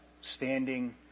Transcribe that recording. standing